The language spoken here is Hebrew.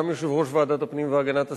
גם יושב-ראש ועדת הפנים והגנת הסביבה,